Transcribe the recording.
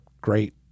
great